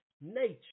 nature